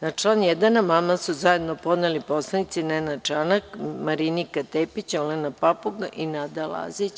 Na član 1. amandman su zajedno podneli poslanici Nenad Čanak, Marinika Tepić, Olena Papuga i Nada Lazić.